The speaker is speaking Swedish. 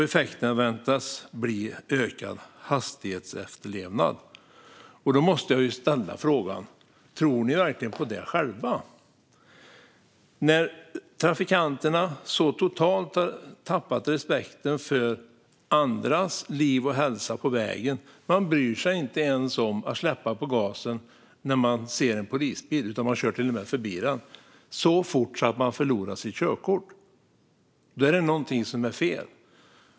Effekterna väntas bli ökad hastighetsefterlevnad. Då måste jag ställa frågan: Tror ni verkligen på det själva när trafikanterna så totalt har tappat respekten för andras liv och hälsa på vägen? Man bryr sig inte ens om att släppa på gasen när man ser en polisbil utan kör till och med förbi den så fort att man förlorar sitt körkort. Då är det någonting som är fel.